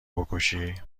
بکشی